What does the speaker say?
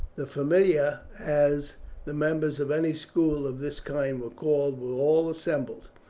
the familia, as the members of any school of this kind were called, were all assembled.